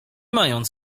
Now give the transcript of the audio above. mając